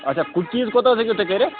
اَچھا کُکیٖز کوتاہ حظ ہیٚکِو تۄہہِ کٔرِتھ